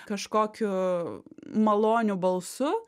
kažkokiu maloniu balsu